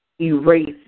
erase